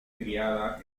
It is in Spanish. criada